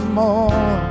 more